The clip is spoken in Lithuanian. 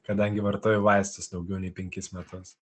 kadangi vartoju vaistus daugiau nei penkis metus